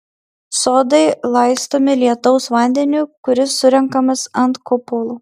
sodai laistomi lietaus vandeniu kuris renkamas ant kupolų